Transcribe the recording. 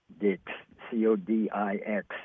C-O-D-I-X